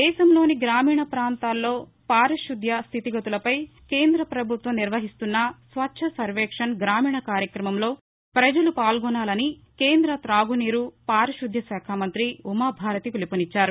దేశంలోని గ్రామీణ పాంతాల్లో పారిశుద్ధ్య స్థితిగతులపై కేంద్రపభుత్వం నిర్వహిస్తున్న స్వచ్ఛసర్వేక్షణ్ గ్రామీణ కార్యక్రమంలో ప్రజలు పాల్గోనాలని కేంద తాగునీరు పారిశుద్ధ్యశాఖ మంతి ఉమాభారతి పిలుపునిచ్చారు